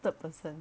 third person